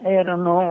erano